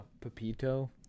Pepito